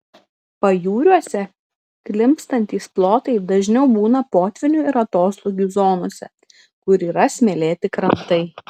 pajūriuose klimpstantys plotai dažniau būna potvynių ir atoslūgių zonose kur yra smėlėti krantai